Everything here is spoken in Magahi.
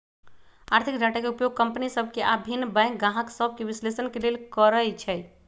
आर्थिक डाटा के उपयोग कंपनि सभ के आऽ भिन्न बैंक गाहक सभके विश्लेषण के लेल करइ छइ